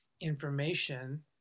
information